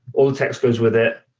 all the text goes with it.